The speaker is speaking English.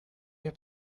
your